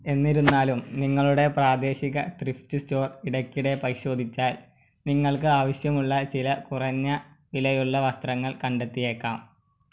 എന്നിരുന്നാലും നിങ്ങളുടെ പ്രാദേശിക ത്രിഫ്റ്റ് സ്റ്റോർ ഇടയ്ക്കിടെ പരിശോധിച്ചാൽ നിങ്ങൾക്ക് ആവശ്യമുള്ള ചില കുറഞ്ഞ വിലയുള്ള വസ്ത്രങ്ങൾ കണ്ടെത്തിയേക്കാം